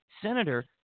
senator